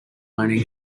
learning